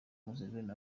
museveni